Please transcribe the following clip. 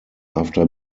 after